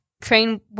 train